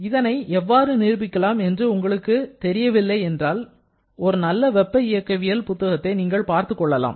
இதனை எவ்வாறு நிரூபிக்கலாம் என்று உங்களுக்கு தெரியவில்லை என்றால் ஒரு நல்ல வெப்ப இயக்கவியல் புத்தகத்தை நீங்கள் பார்த்துக் கொள்ளலாம்